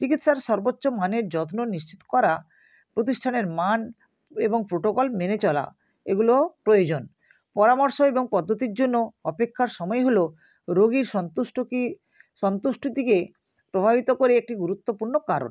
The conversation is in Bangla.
চিকিৎসার সর্বোচ্চ মানের যত্ন নিশ্চিত করা প্রতিষ্ঠানের মান এবং প্রোটোকল মেনে চলা এগুলো প্রয়োজন পরামর্শ এবং পদ্ধতির জন্য অপেক্ষার সময় হল রোগী সন্তুষ্ট কী সন্তুষ্টর দিকে প্রভাবিত করে একটি গুরুত্বপূর্ণ কারণ